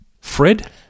Fred